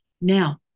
Now